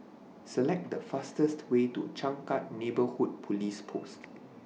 Select The fastest Way to Changkat Neighbourhood Police Post